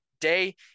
day